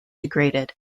degraded